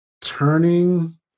turning